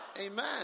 Amen